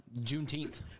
Juneteenth